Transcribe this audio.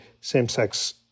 same-sex